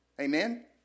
Amen